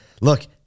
look